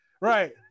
Right